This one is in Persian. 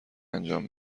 انجام